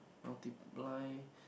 multiply